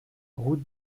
route